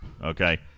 Okay